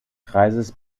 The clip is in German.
kreises